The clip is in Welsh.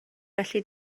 felly